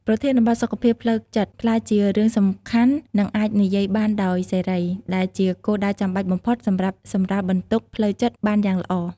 ប្រធានបទសុខភាពផ្លូវចិត្តក្លាយជារឿងសំខាន់និងអាចនិយាយបានដោយសេរីដែលជាគោលដៅចាំបាច់បំផុតសម្រាប់សម្រាលបន្ទុកផ្លូវចិត្តបានយ៉ាងល្អ។